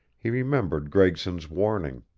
he remembered gregson's warning.